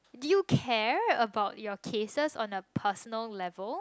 did you care about your cases on a personal level